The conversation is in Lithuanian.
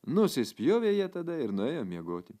nusispjovė jie tada ir nuėjo miegoti